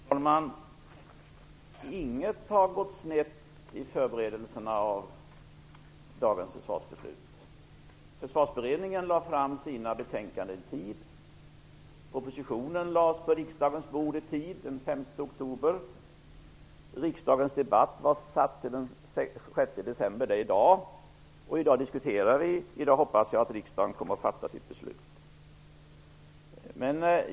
Fru talman! Ingenting har gått snett i förberedelserna av dagens försvarsbeslut. Försvarsberedningen lade fram sina betänkanden i tid. Propositionen lades på riksdagens bord i tid den 5 oktober. Riksdagens debatt var satt till den 6 december. Det är i dag. I dag diskuterar vi, och i dag hoppas jag att riksdagen kommer att fatta sitt beslut.